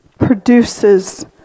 produces